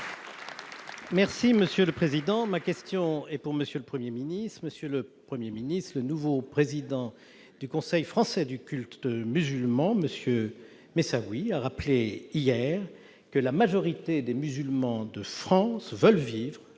Les Républicains. Ma question s'adresse à M. le Premier ministre. Monsieur le Premier ministre, le nouveau président du Conseil français du culte musulman, M. Moussaoui, a rappelé, hier, que la majorité des musulmans de France veulent vivre